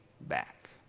back